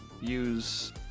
use